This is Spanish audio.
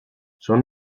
son